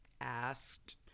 asked